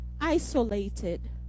isolated